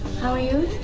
how are you?